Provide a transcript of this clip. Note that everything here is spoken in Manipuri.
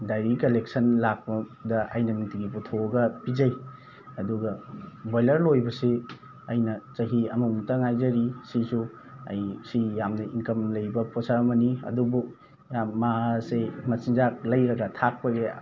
ꯗꯥꯏꯔꯤ ꯀꯂꯦꯛꯁꯟ ꯂꯥꯛꯄꯗ ꯑꯩꯅ ꯅꯨꯡꯇꯤꯒꯤ ꯄꯨꯊꯣꯛꯑꯒ ꯄꯤꯖꯩ ꯑꯗꯨꯒ ꯕꯣꯏꯂꯔ ꯂꯣꯏꯕꯁꯤ ꯑꯩꯅ ꯆꯍꯤ ꯑꯃꯃꯨꯛꯇ ꯉꯥꯏꯖꯔꯤ ꯁꯤꯁꯨ ꯑꯩ ꯁꯤ ꯌꯥꯝꯅ ꯏꯟꯀꯝ ꯂꯩꯕ ꯄꯣꯠꯁꯛ ꯑꯃꯅꯤ ꯑꯗꯨꯕꯨ ꯌꯥꯝ ꯃꯥꯁꯦ ꯃꯆꯤꯟꯖꯥꯛ ꯂꯩꯔꯒ ꯊꯥꯛꯄꯒꯤ